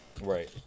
right